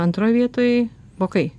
antro vietoj vokai